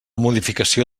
modificació